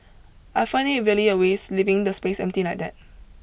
I find it really a waste leaving the space empty like that